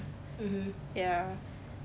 ya